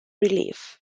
relief